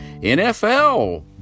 NFL